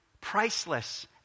priceless